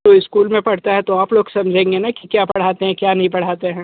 तो इस्कूल में पढ़ता है तो आप लोग समझेंगे ना क्या पढ़ते हैं क्या नहीं पढाते हैं